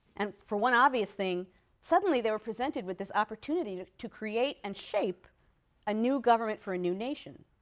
and for one obvious thing suddenly, they were presented with this opportunity to create and shape a new government for a new nation,